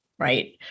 Right